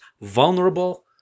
vulnerable